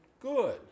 good